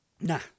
Nah